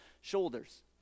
shoulders